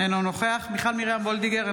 אינו נוכח מיכל מרים וולדיגר,